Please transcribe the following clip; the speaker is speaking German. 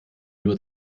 nur